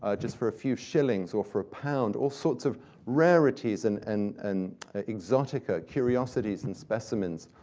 ah just for a few shillings or for a pound, all sorts of rarities, and and and exotic ah curiosities and specimens,